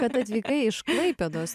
kad atvykai iš klaipėdos